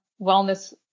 wellness